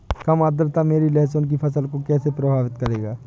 कम आर्द्रता मेरी लहसुन की फसल को कैसे प्रभावित करेगा?